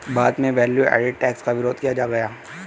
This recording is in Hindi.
भारत में वैल्यू एडेड टैक्स का विरोध किया गया